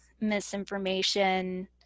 misinformation